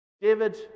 David